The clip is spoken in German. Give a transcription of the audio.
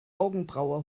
augenbraue